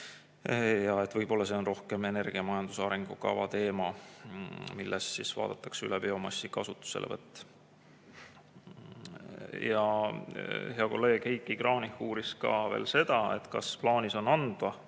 ja võib-olla see on rohkem energiamajanduse arengukava teema, milles vaadatakse üle biomassi kasutuselevõtt. Hea kolleeg Heiki Kranich uuris veel seda, kas on plaanis anda